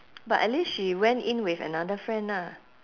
but at least she went in with another friend ah